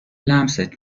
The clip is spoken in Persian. لمست